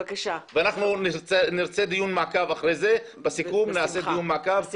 אנחנו נרצה אחרי זה דיון מעקב על התוכנית החדשה.